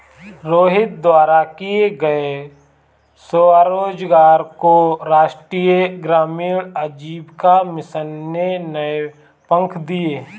रोहित द्वारा किए गए स्वरोजगार को राष्ट्रीय ग्रामीण आजीविका मिशन ने नए पंख दिए